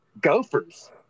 Gophers